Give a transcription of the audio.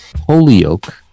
Holyoke